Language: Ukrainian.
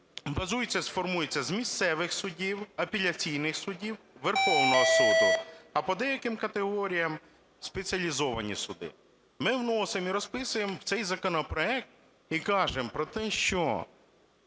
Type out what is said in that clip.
базується і формується з місцевих судів, апеляційних судів, Верховного Суду, а по деяким категоріям спеціалізовані суди. Ми вносимо і розписуємо в цей законопроект і кажемо про те, що…